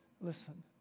Listen